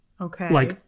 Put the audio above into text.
Okay